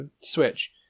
switch